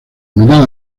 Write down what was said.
mirada